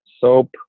soap